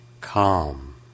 calm